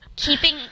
Keeping